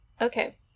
Okay